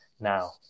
now